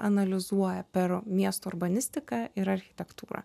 analizuoja per miesto urbanistiką ir architektūrą